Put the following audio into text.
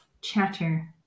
chatter